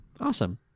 Awesome